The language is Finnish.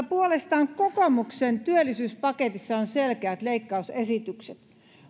puolestaan kokoomuksen työllisyyspaketissa on selkeät leikkausesitykset